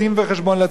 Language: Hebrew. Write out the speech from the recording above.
על מעשיו,